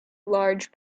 large